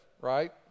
right